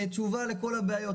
תשובה לכל הבעיות.